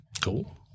cool